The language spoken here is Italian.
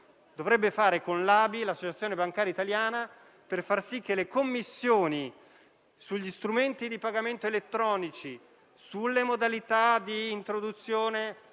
dovrebbe fare con l'Associazione bancaria italiana (ABI) per far sì che le commissioni sugli strumenti di pagamento elettronici e sulle modalità di introduzione